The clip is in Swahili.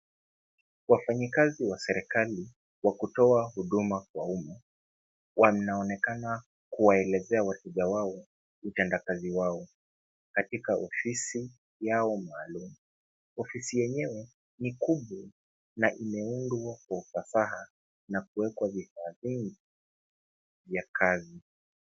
Wafanyikazi wa serikali, wa kutoa huduma kwa umma, wanaonekana kuwaelezea wateja wao, utenda kazi wao katika ofisi yao maalum. Ofisi yenyewe ni kubwa na imeundwa kwa ufasaha na kuwekwa vifaa vingi vya kazi.